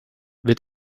wird